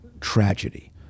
tragedy